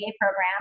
program